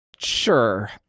Sure